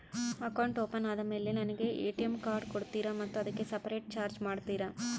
Account open ಆದಮೇಲೆ ನನಗೆ ATM card ಕೊಡ್ತೇರಾ ಮತ್ತು ಅದಕ್ಕೆ ಸಪರೇಟ್ ಚಾರ್ಜ್ ಮಾಡ್ತೇರಾ?